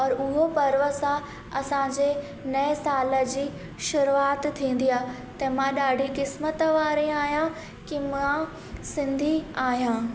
और उहो पर्व असां असांजे नए साल जी शुरूआत थींदी आहे ते मां ॾाढी क़िसमत वारी आहियां की मां सिंधी आयां